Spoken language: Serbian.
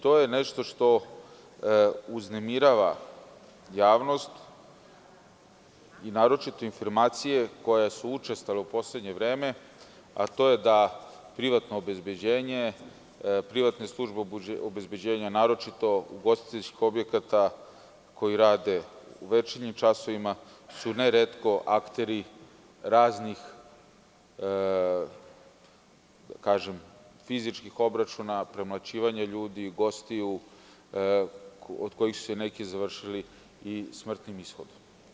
To je nešto što uznemirava javnost i naročito informacije koje su učestale u poslednje vreme, a to je da privatno obezbeđenje, privatne službe obezbeđenja, naročito ugostiteljskih objekata koji rade u večernjim časovima su neretko akteri raznih fizičkih obračuna, premlaćivanja ljudi, gostiju, od kojih su se neki završili i smrtnim ishodom.